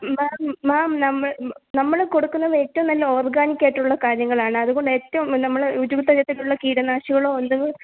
മാം ma'am നമ്മൾ നമ്മൾ കൊടുക്കുന്നത് ഏറ്റവും നല്ല ഓർഗാനിക്കായിട്ടുള്ള കാര്യങ്ങളാണ് അതുകൊണ്ട് ഏറ്റവും നമ്മൾ ഒരു തരത്തിലുള്ള കീടനാശിനികളോ ഒന്നും